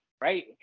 right